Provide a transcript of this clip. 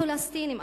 הפלסטינים,